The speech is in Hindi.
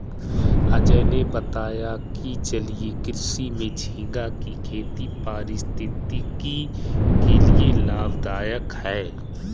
अजय ने बताया कि जलीय कृषि में झींगा की खेती पारिस्थितिकी के लिए लाभदायक है